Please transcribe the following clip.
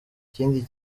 ikindi